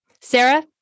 Sarah